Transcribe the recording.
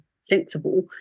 sensible